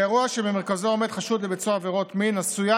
באירוע שבמרכזו עומד חשוד בביצוע עבירות מין עשויה